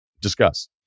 Discuss